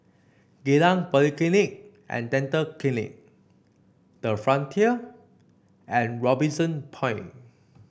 Geylang Polyclinic and Dental Clinic the Frontier and Robinson Point